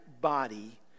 body